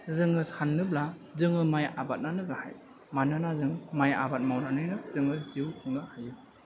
जोङो सान्नोब्ला जोङो माइ आबादानो गाहाय मानोना जों माइ आबाद मावनानैनो जोङो जिउ खुंनो हायो